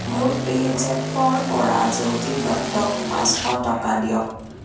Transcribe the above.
মোৰ পে'জেপৰ পৰা জেউতি দত্তক পাঁচশ টকা দিয়ক